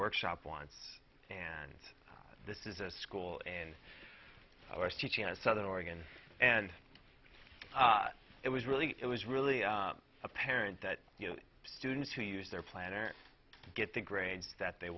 workshop once and this is a school and i was teaching southern oregon and it was really it was really apparent that you know students who use their plan or get the grades that they